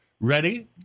Ready